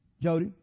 Jody